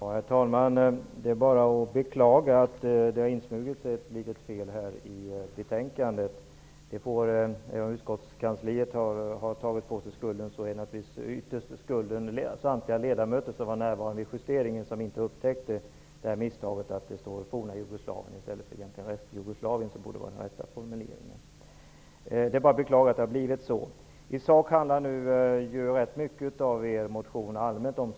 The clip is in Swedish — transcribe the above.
Herr talman! Det är bara att beklaga att det har insmugit sig ett litet fel i betänkandet. Även om utskottets kansli har tagit på sig skulden ligger naturligtvis skulden ytterst på samtliga ledamöter som var närvarande vid justeringen, som inte upptäckte misstaget med att det stod forna Jugoslavien i stället för Restjugoslavien. Det borde vara den rätta formuleringen. Er motion handlar ganska mycket om situationen allmänt.